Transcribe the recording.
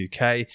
UK